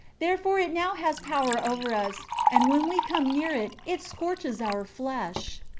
therefore it now has power over us and when we come near it, it scorches our flesh.